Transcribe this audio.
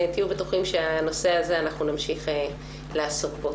תהיו בטוחים שאנחנו נמשיך לעסוק בנושא הזה.